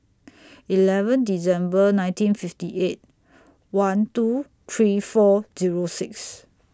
eleven December nineteen fifty eight one two three four Zero six